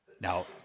now